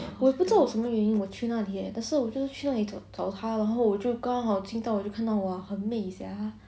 我也不知道我什么原因我去那里 eh 可是我就是去那里找他然后我就刚好经到我就看到 !wah! 很美 sia